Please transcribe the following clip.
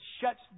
shuts